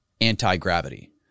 anti-gravity